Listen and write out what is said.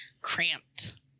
cramped